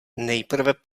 nejprve